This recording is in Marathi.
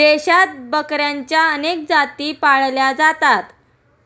देशात बकऱ्यांच्या अनेक जाती पाळल्या जातात